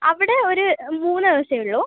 അവിടെ ഒരു മൂന്ന് ദിവസമേ ഉള്ളൂ